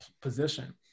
position